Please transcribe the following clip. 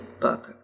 book